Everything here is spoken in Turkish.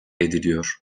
ediliyor